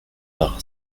par